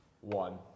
One